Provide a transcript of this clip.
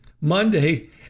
Monday